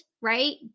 right